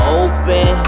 open